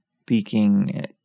speaking